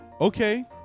Okay